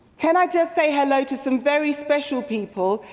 can i just say hello to some very special people,